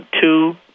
Two